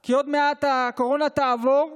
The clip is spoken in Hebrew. כי עוד מעט הקורונה תעבור,